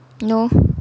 no